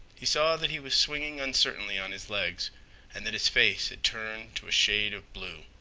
he saw that he was swinging uncertainly on his legs and that his face had turned to a shade of blue.